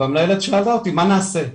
המנהלת שאלה אותי, מה נעשה?